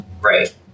right